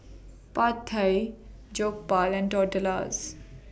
Pad Thai Jokbal and Tortillas